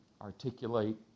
articulate